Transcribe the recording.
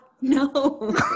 No